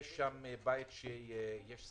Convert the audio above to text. יש שם בית שיש עליו